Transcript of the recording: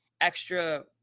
extra